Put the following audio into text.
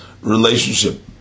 relationship